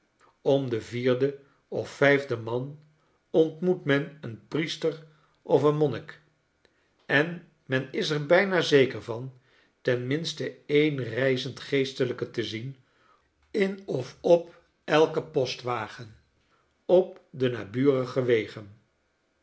om den vierden of vijfden man ontmoet men een priester of een monnik en men is er bijna zeker van ten minste en reizend geestelijke te zien in of op elken postwagen op de naburige wegen